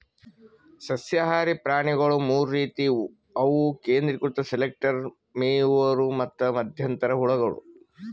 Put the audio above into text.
ಸಸ್ಯಹಾರಿ ಪ್ರಾಣಿಗೊಳ್ ಮೂರ್ ರೀತಿವು ಅವು ಕೇಂದ್ರೀಕೃತ ಸೆಲೆಕ್ಟರ್, ಮೇಯುವವರು ಮತ್ತ್ ಮಧ್ಯಂತರ ಹುಳಗಳು